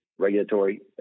regulatory